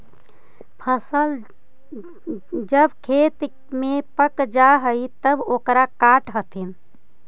फसल जब खेत में पक जा हइ तब ओकरा काटऽ हथिन